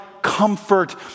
comfort